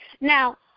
Now